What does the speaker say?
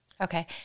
Okay